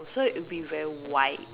so it'll be very wide